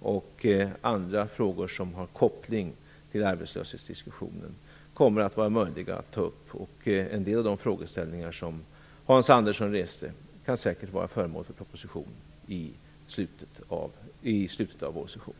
och andra frågor som har koppling till arbetslöshetsdiskussionen kommer att vara möjliga att ta upp. En del av de frågeställningar som Hans Andersson reste kan säkert vara föremål för proposition i slutet av vårsessionen.